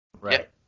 Right